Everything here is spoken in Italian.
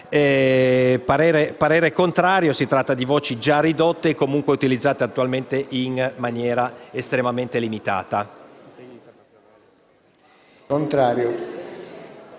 parere è contrario: si tratta di voci già ridotte o comunque utilizzate attualmente in maniera estremamente limitata.